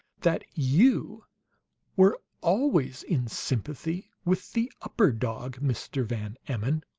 that you were always in sympathy with the upper dog, mr. van emmon!